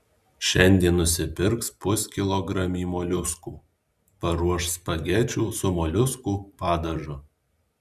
šiandien nusipirks puskilogramį moliuskų paruoš spagečių su moliuskų padažu